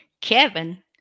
Kevin